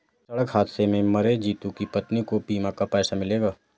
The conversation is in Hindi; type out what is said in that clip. सड़क हादसे में मरे जितू की पत्नी को बीमा का पैसा मिलेगा